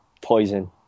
Poison